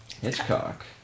Hitchcock